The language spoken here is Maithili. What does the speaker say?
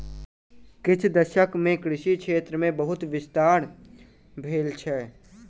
किछ दशक मे कृषि क्षेत्र मे बहुत विस्तार भेल छै